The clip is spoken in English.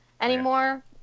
anymore